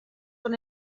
con